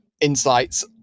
insights